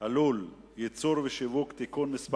הלול (ייצור ושיווק) (תיקון מס'